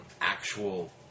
actual